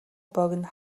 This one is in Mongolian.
богино